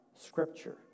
Scripture